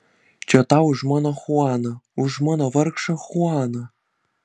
čia tau už mano chuaną už mano vargšą chuaną